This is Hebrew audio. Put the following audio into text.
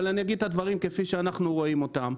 אבל אני אגיד את הדברים כפי שאנחנו רואים אותם.